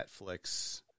Netflix